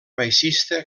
baixista